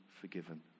forgiven